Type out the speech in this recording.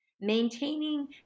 Maintaining